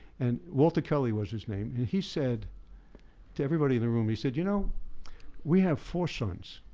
and walter kelly was his name, and he said to everybody in the room, he said, you know we have four sons,